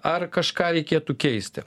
ar kažką reikėtų keisti